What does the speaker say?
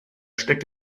steckt